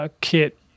kit